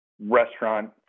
restaurant